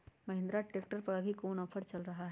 Mahindra tractor पर अभी कोन ऑफर चल रहा है?